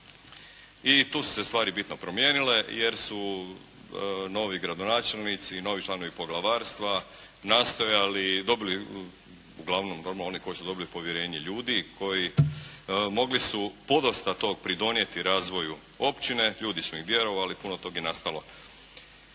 I tu su se stvari bitno promijenile jer su novi gradonačelnici i novi članovi poglavarstva nastojali, dobili uglavnom normalno oni koji su dobili povjerenje ljudi koji, mogli su podosta toga pridonijeti razvoju općine, ljudi su im vjerovali, puno toga je nastalo.